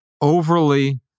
overly